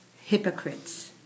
hypocrites